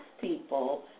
people